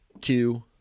two